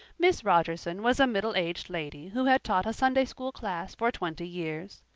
miss rogerson was a middle-aged lady who had taught a sunday-school class for twenty years.